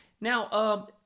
now